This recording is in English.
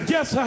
Yes